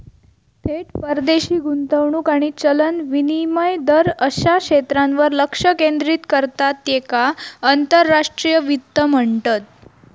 थेट परदेशी गुंतवणूक आणि चलन विनिमय दर अश्या क्षेत्रांवर लक्ष केंद्रित करता त्येका आंतरराष्ट्रीय वित्त म्हणतत